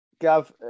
Gav